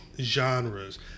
Genres